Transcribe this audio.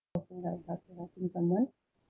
awful experience with someone